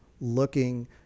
looking